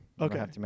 Okay